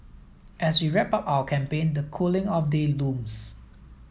as we wrap up our campaign the cooling off day looms